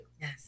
yes